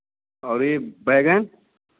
और यह बैंगन